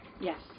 Yes